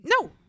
No